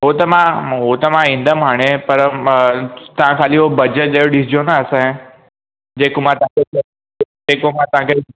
हो त मां हो त मां ईंदमि हाणे पर म तव्हां ख़ाली हो बजट जो ॾिसिजो न असांजे जेको मां तव्हांखे चयो जेको मां तव्हांखे